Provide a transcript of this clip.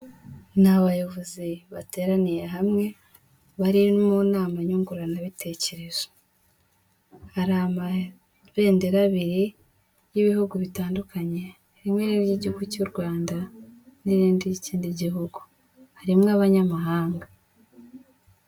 Ni abayobozi bateraniye hamwe, bari mu nama nyunguranabitekerezo. Hari amabendera abiri y'Ibihugu bitandukanye, rimwe ni iry'Igihugu cy'u Rwanda n'irindi ry'ikindi gihugu, harimo abanyamahanga.